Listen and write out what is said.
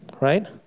Right